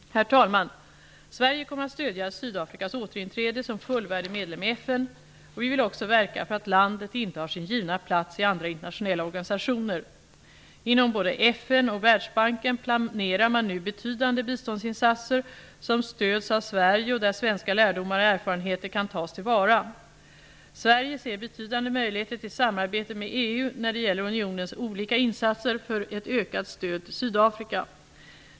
Herr talman! Sverige kommer att stödja Sydafrikas återinträde som fullvärdig medlem i FN, och vi vill också verka för att landet intar sin givna plats i andra internationella organisationer. Inom både FN och Världsbanken planerar man nu betydande biståndsinsatser, som stöds av Sverige och där svenska lärdomar och erfarenheter kan tas till vara. Sverige ser betydande möjligheter till samarbete med EU när det gäller unionens olika insatser för ett ökat stöd till Sydafrika.